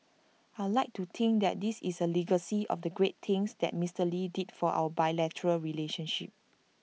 I'd like to think that this is A legacy of the great things that Mister lee did for our bilateral relationship